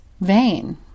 vain